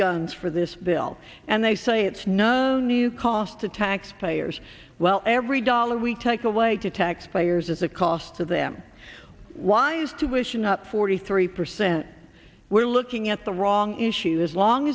guns for this bill and they say it's no new cost to taxpayers well every dollar we take away to taxpayers is a cost to them why is to wish an up forty three percent we're looking at the wrong issue as long